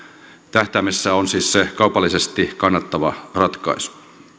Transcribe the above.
tähtäimessä on siis se kaupallisesti kannattava ratkaisu